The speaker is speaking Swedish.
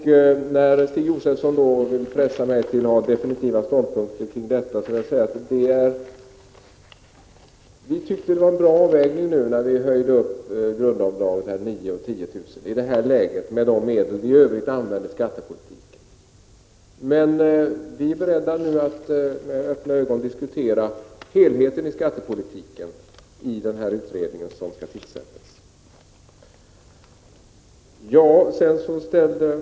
Eftersom Stig Josefson ville pressa mig till att avge definitiva ståndpunkter kring detta vill jag säga att vi tyckte att det var en bra avvägning att höja grundavdraget till 9 000 1987 och till 10 000 kr. 1988 i nuvarande läge och med tanke på de medel vi i övrigt använder i skattepolitiken. Men vi är nu beredda att med öppna ögon diskutera helheten i skattepolitiken i den utredning som skall tillsättas.